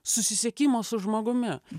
susisiekimo su žmogumi